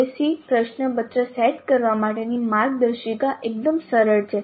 હવે SEE પ્રશ્નપત્ર set કરવા માટેની માર્ગદર્શિકા એકદમ સરળ છે